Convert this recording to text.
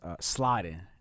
sliding